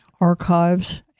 archives